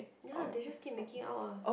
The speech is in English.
ya they just keep making out lah